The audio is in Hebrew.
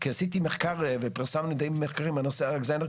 כי עשיתי מחקר ופרסמנו די הרבה מחקרים בנושא הזה,